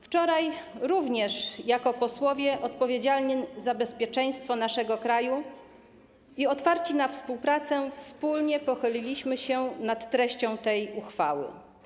Wczoraj również jako posłowie odpowiedzialni za bezpieczeństwo naszego kraju i otwarci na współpracę wspólnie pochyliliśmy się nad treścią tej uchwały.